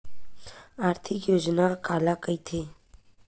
आर्थिक योजना काला कइथे?